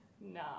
no